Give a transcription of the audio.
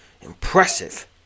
Impressive